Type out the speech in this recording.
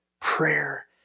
Prayer